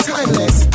Timeless